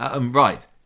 Right